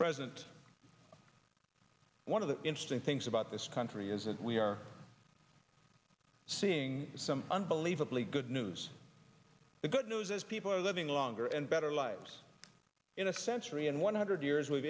president one of the interesting things about this country is that we are seeing some unbelievably good news the good news is people are living longer and better lives in a century and one hundred years we've